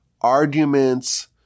arguments